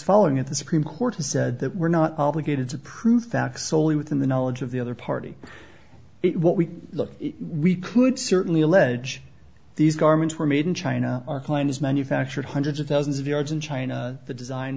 following it the supreme court has said that we're not obligated to prove facts soley within the knowledge of the other party what we look we could certainly allege these garments were made in china our client is manufactured hundreds of thousands of years in china the design